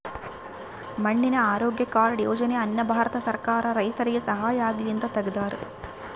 ಮಣ್ಣಿನ ಆರೋಗ್ಯ ಕಾರ್ಡ್ ಯೋಜನೆ ಅನ್ನ ಭಾರತ ಸರ್ಕಾರ ರೈತರಿಗೆ ಸಹಾಯ ಆಗ್ಲಿ ಅಂತ ತೆಗ್ದಾರ